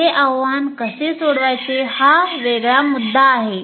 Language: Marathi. हे आव्हान कसे सोडवायचे हा वेगळा मुद्दा आहे